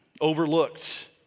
overlooked